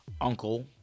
uncle